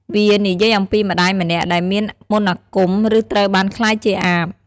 វានិយាយអំពីម្តាយម្នាក់ដែលមានមន្តអាគម ឬត្រូវបានក្លាយជាអាប។